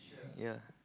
ya